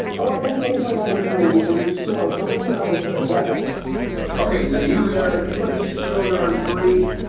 oh, i guess made by number three, which of these two. oh, so what's your number three? yes okay, so you yeah you put h two o number three